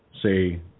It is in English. say